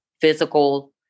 physical